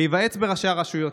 להיוועץ בראשי הרשויות.